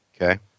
Okay